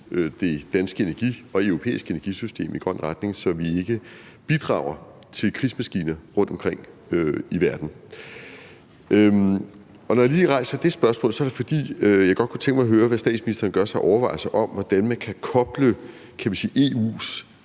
det danske og europæiske energisystem i grøn retning, så vi ikke bidrager til krigsmaskiner rundtomkring i verden. Og når jeg rejser lige det spørgsmål, er det, fordi jeg godt kunne tænke mig at høre, hvad statsministeren gør sig af overvejelser om, hvordan man kan koble,